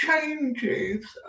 changes